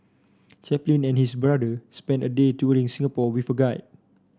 Chaplin and his brother spent a day touring Singapore with a guide